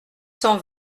cent